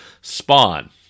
Spawn